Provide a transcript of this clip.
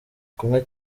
kumwe